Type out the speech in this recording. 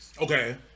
Okay